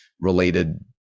related